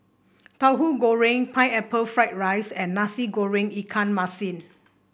Tauhu Goreng Pineapple Fried Rice and Nasi Goreng Ikan Masin